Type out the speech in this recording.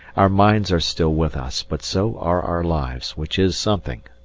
our mines are still with us, but so are our lives, which is something.